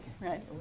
right